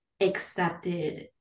accepted